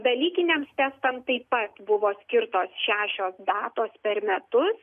dalykiniams testam taip pat buvo skirtos šešios datos per metus